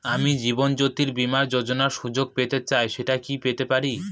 আমি জীবনয্যোতি বীমা যোযোনার সুযোগ পেতে চাই সেটা কি পেতে পারি?